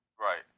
right